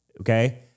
okay